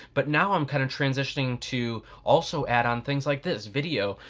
but now, i'm kind of transitioning to also add on things like this, video,